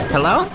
Hello